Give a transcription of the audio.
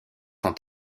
ont